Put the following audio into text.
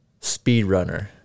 speedrunner